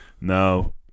No